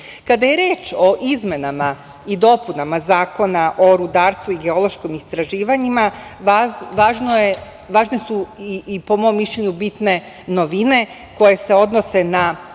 evra. Kada je reč o izmenama i dopunama Zakona o rudarstvu i geološkim istraživanjima, važne su i po mom mišljenju bitne novine koje se odnose na